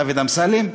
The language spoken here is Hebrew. דוד אמסלם,